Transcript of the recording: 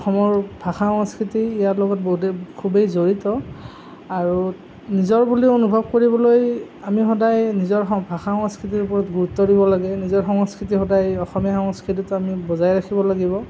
অসমৰ ভাষা সংস্কৃতি ইয়াৰ লগত বহুতেই খুবেই জড়িত আৰু নিজৰ বুলি অনুভৱ কৰিবলৈ আমি সদায় নিজৰ ভাষা সংস্কৃতিৰ ওপৰত গুৰুত্ব দিব লাগে নিজৰ সংস্কৃতি সদায় অসমীয়া সংস্কৃতিটো আমি বজাই ৰাখিব লাগিব